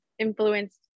Influenced